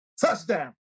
Touchdown